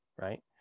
Right